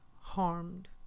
harmed